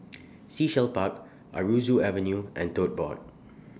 Sea Shell Park Aroozoo Avenue and Tote Board